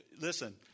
listen